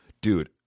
Dude